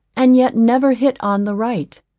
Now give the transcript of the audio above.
and yet never hit on the right.